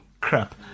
crap